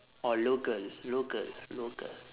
or logle logle logle